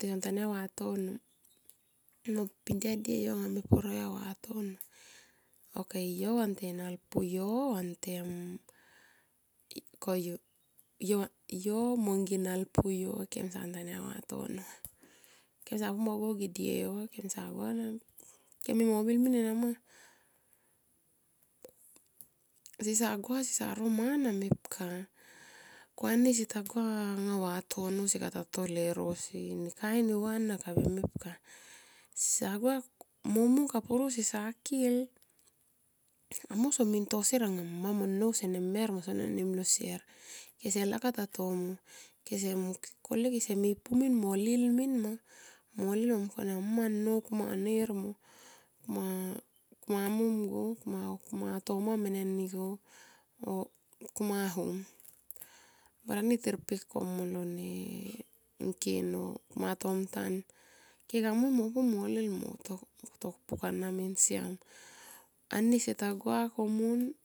Tison ntaya vatono mo pidia die yo anga me pur auya vatono ok yo vantem nalpuyo vantem koyu kemsa ntaya vatono. Kemsa pu mo go ang ge die yo. Kemsa gua guniama. Kem mi mo mil min enama. Sesa gua sesa ro mana mepka ko ani seta gua anga vatono sekato lero si kain neva ana kabe mepka. Sa gua mo mung kapuru sesa kil amo so min tosier anga a mma mo nnou sene mer mo sene nimol sier. Kese lakap tato amor. Kole kese mi pumin mo lil min ma mo lil mo mungkone a mm mo nnou kuma nir mo kuma mom go, kuma toma meneni go o kuma ho. Barani tirpek ko molo ne ngkin o kuma tomtan. Ke kamui mo lil mo mungto pukana min siam, ani seta gua kumon